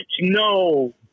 no